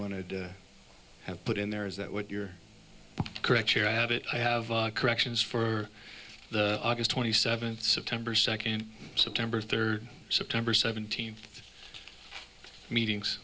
want to have put in there is that what you're correct here i have it i have a corrections for the august twenty seventh september second september third september seventeenth meetings